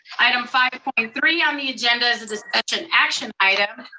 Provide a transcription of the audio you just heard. item five point three on the agenda is a discussion action item.